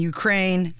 Ukraine